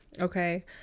okay